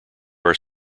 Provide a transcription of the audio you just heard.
are